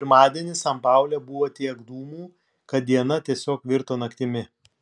pirmadienį san paule buvo tiek dūmų kad diena tiesiog virto naktimi